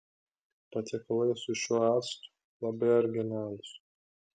patiekalai su šiuo actu labai originalūs